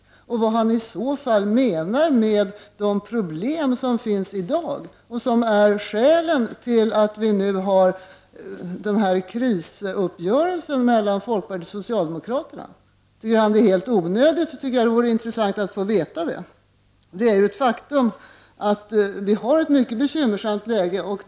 Hur förklarar han i så fall de problem som finns i dag och som utgör skälet till att det nu har träffats en krisuppgörelse mellan folkpartiet och socialdemokraterna? Om han tycker att uppgörelsen är helt onödig vore det intressant att få veta det. Det är ett faktum att vi har ett mycket bekymmersamt läge.